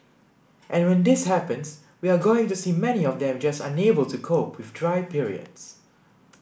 and when this happens we are going to see many of them just unable to cope with dry periods